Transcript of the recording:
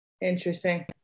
Interesting